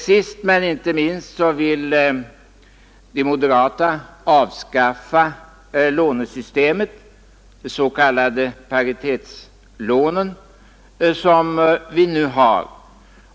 Sist men inte minst vill de moderata avskaffa systemet med de s.k. paritetslånen.